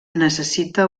necessita